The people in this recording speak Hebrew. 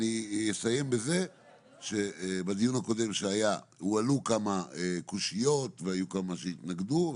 אסיים בזה שבדיון הקודם שהיה הועלו כמה קושיות והיו כמה שהתנגדו,